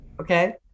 Okay